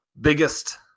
biggest